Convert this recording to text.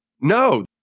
No